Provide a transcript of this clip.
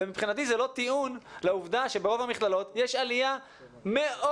ומבחינתי זה לא טיעון לעובדה שברוב המכללות יש עלייה מאוד